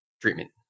treatment